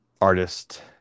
artist